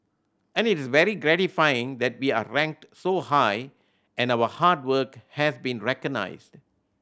and it's very gratifying that we are ranked so high and our hard work has been recognised